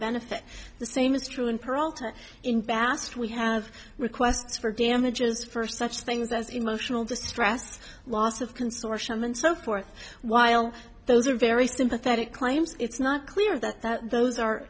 benefit the same is true in peralta in bast we have requests for damages for such things as emotional distress loss of consortium and so forth while those are very sympathetic claims it's not clear that those are